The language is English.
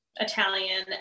Italian